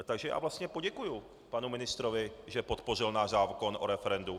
Takže já vlastně poděkuji panu ministrovi, že podpořil náš zákon o referendu.